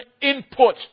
input